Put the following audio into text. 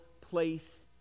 place